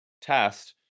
test